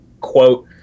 quote